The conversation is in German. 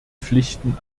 pflichten